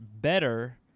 better